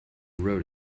wrote